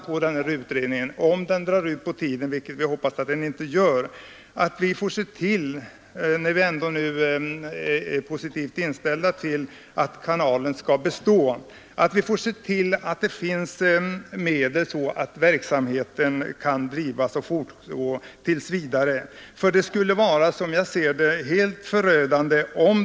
Om denna utredning drar ut på tiden, torde det bli nödvändigt att se till att det finns medel, så att verksamheten kan fortgå tills vidare. Vi är ju positivt inställda till att kanalen skall bestå.